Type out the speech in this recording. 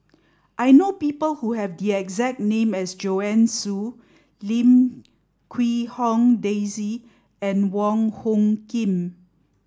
I know people who have the exact name as Joanne Soo Lim Quee Hong Daisy and Wong Hung Khim